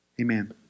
amen